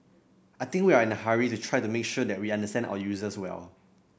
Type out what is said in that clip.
I think we are in a hurry to try to make sure that we understand our users well